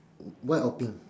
white or pink